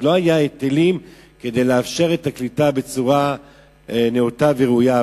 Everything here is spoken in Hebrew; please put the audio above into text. כלומר לא היו היטלים כדי לאפשר קליטה בצורה נאותה וראויה.